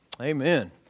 Amen